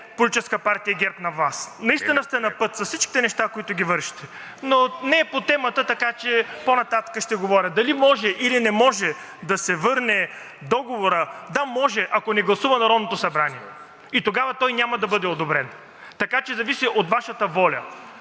ГЕРБ на власт. Наистина сте напът, с всичките неща, които вършите. Но не е по темата, така че по нататък ще говоря. Дали може, или не може да се върне договорът – да, може, ако не гласува Народното събрание, и тогава той няма да бъде одобрен, така че зависи от Вашата воля.